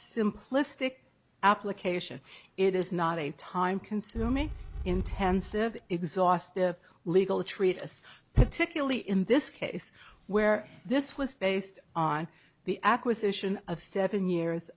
simplistic application it is not a time consuming intensive exhaustive legal treatise particularly in this case where this was based on the acquisition of seven years